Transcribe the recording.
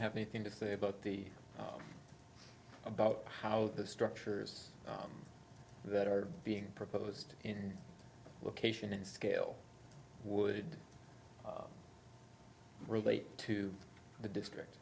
have anything to say about the about how the structures that are being proposed in location and scale would relate to the district